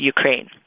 Ukraine